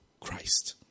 Christ